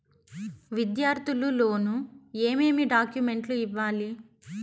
విద్యార్థులు లోను ఏమేమి డాక్యుమెంట్లు ఇవ్వాలి?